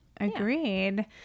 agreed